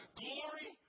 glory